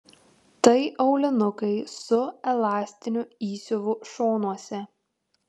tai aulinukai su elastiniu įsiuvu šonuose